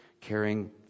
caring